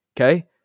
okay